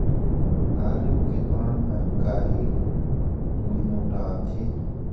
आलू के पान हर काहे गुरमुटाथे?